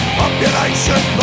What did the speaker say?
population